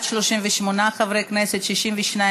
של חברי הכנסת קארין אלהרר ואיתן ברושי לסעיף 1 לא נתקבלה.